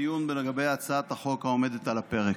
בדיון לגבי הצעת החוק העומדת על הפרק.